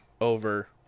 over